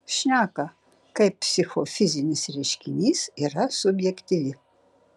šneka kaip psichofizinis reiškinys yra subjektyvi